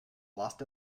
lost